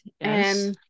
Yes